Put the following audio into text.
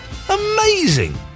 amazing